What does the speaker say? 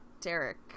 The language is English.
Derek